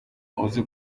uzi